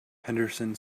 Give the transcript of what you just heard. henderson